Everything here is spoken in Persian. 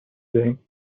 دهیم